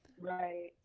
Right